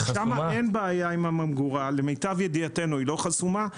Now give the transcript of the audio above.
שם למיטב ידיעתנו היא לא חסומה.